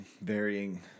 varying